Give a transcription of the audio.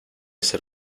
ser